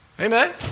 Amen